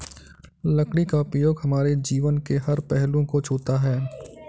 लकड़ी का उपयोग हमारे जीवन के हर पहलू को छूता है